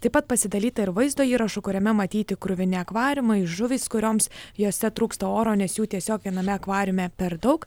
taip pat pasidalyta ir vaizdo įrašu kuriame matyti kruvini akvariumai žuvys kurioms jose trūksta oro nes jų tiesiog viename akvariume per daug